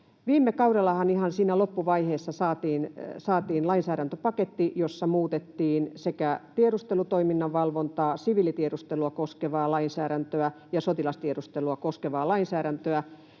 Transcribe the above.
ihan siinä loppuvaiheessa, saatiin lainsäädäntöpaketti, jossa muutettiin tiedustelutoiminnan valvontaa, siviilitiedustelua koskevaa lainsäädäntöä ja sotilastiedustelua koskevaa lainsäädäntöä,